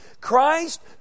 Christ